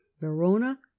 Verona